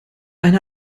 eine